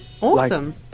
awesome